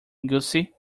gussie